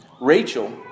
Rachel